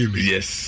Yes